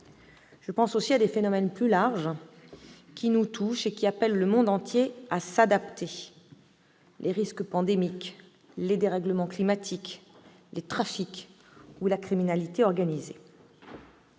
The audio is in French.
mais aussi des phénomènes plus larges qui nous touchent et qui appellent le monde entier à s'adapter : les risques pandémiques, les dérèglements climatiques, les trafics ou la criminalité organisée.